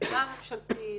חקיקה ממשלתית